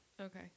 Okay